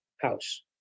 house